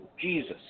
Jesus